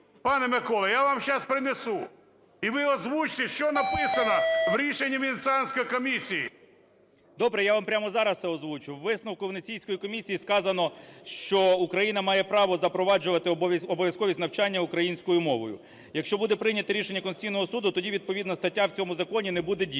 Пане Микола, я вам сейчас принесу, і ви озвучте, що написано в рішенні Венеціанської комісії. 17:06:05 КНЯЖИЦЬКИЙ М.Л. Добре. Я вам прямо зараз це озвучу. У висновку Венеційської комісії сказано, що Україна має право запроваджувати обов'язковість навчання українською мовою. Якщо буде прийняте рішення Конституційного Суду, тоді відповідна стаття в цьому законі не буде діяти.